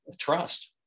trust